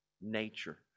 nature